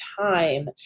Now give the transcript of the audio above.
time